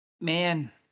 Man